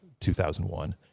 2001